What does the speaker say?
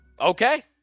Okay